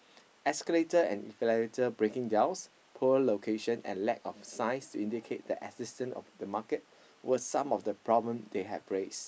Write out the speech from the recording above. escalator and breaking down poor location and lack of signs to indicate the existence of the market were some of the problem they have raise